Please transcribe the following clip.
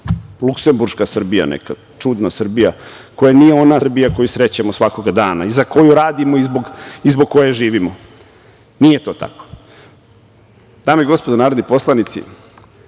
luksemburška Srbija, čudna Srbija, koja nije ona Srbija koju srećemo svakog dana i za koju radimo i zbog koje živimo. Nije to tako. Dame i gospodo narodni poslanici,